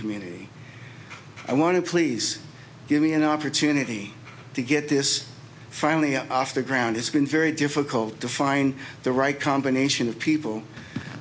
community i want to please give me an opportunity to get this finally up off the ground it's going very difficult to find the right combination of people